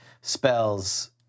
spells